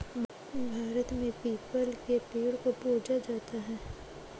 भारत में पीपल के पेड़ को पूजा जाता है